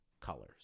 colors